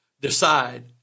decide